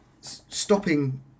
stopping